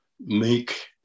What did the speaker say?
make